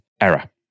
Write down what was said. error